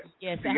Yes